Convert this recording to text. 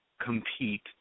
compete